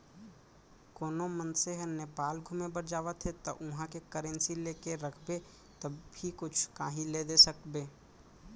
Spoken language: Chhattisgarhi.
कोनो मनसे ह नेपाल घुमे बर जावत हे ता उहाँ के करेंसी लेके रखबे तभे कुछु काहीं ले दे सकबे